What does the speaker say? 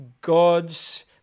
God's